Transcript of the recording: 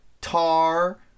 Tar